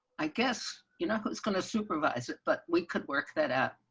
i guess, you know, it's going to supervise it, but we could work that out.